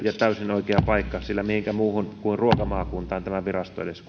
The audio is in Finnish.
oikea paikka sillä mihinkä muuhun kuin ruokamaakuntaan tämä virasto edes